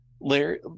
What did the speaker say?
Larry